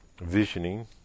visioning